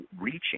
reaching